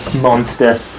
monster